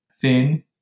thin